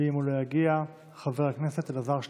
ואם הוא לא יגיע, חבר הכנסת אלעזר שטרן.